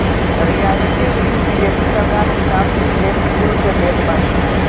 रियायती ऋण विदेशी सरकार विकासशील देस कुल के देत बानी